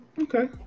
Okay